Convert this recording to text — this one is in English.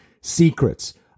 Secrets